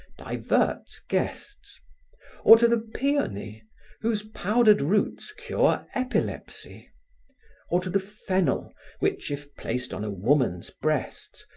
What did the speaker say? diverts guests or to the peony whose powdered roots cure epilepsy or to the fennel which, if placed on a woman's breasts,